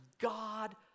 God